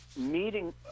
meeting